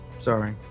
Sorry